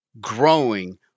growing